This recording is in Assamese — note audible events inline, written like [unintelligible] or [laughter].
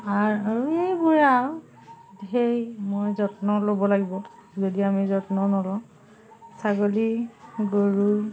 আৰু এইবোৰে আৰু [unintelligible] ঢেৰ মই যত্ন ল'ব লাগিব যদি আমি যত্ন নলওঁ ছাগলী গৰু